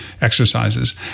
exercises